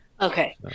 Okay